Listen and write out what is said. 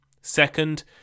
Second